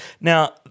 Now